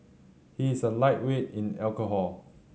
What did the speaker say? he is a lightweight in alcohol